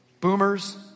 Boomers